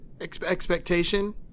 expectation